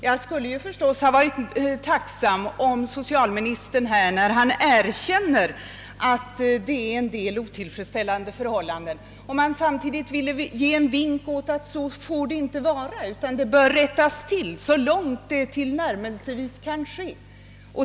Jag skulle förstås ha varit tacksam om socialministern, när han erkänner att det är en del otillfredsställande förhållanden, samtidigt velat ge en vink om att det inte får vara så, utan det bör rättas till så långt tillnärmelsevis kan ske.